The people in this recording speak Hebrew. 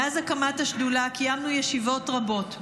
מאז הקמת השדולה, קיימנו ישיבות רבות.